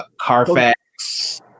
Carfax